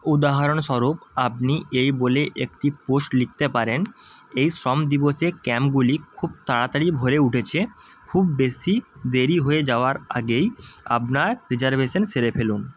উদাহরণস্বরূপ আপনি এই বলে একটি পোস্ট লিখতে পারেন এই শ্রম দিবসে ক্যাম্পগুলি খুব তাড়াতাড়ি ভরে উঠেছে খুব বেশি দেরি হয়ে যাওয়ার আগেই আপনার রিজার্ভেশন সেরে ফেলুন